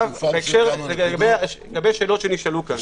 לגבי שאלות שנשאלו פה.